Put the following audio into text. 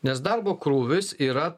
nes darbo krūvis yra